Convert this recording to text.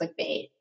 clickbait